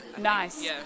Nice